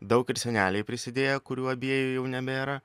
daug ir seneliai prisidėję kurių abiejų jau nebėra